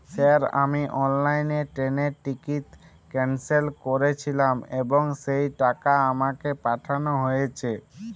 Sir আমি অনলাইনে ট্রেনের টিকিট ক্যানসেল করেছিলাম এবং সেই টাকা আমাকে পাঠানো হয়েছে?